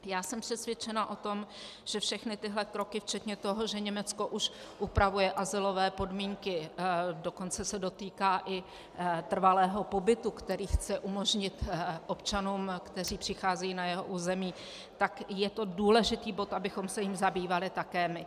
Já jsem přesvědčena o tom, že všechny tyto kroky včetně toho, že Německo už upravuje azylové podmínky, dokonce se dotýká i trvalého pobytu, který chce umožnit občanům, kteří přicházejí na jeho území, tak je to důležitý bod, abychom se jím zabývali také my.